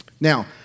Now